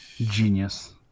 Genius